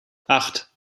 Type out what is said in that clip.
acht